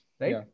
right